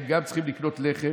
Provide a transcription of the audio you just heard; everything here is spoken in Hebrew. הם גם צריכים לקנות לחם,